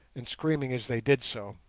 and screaming as they did so.